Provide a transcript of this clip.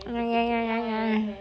ya ya ya ya